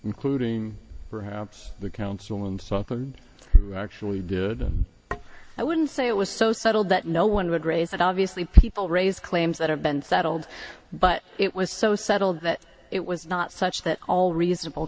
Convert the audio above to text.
including perhaps the council and something actually did i wouldn't say it was so subtle that no one would raise it obviously people raise claims that have been settled but it was so settled that it was not such that all reasonable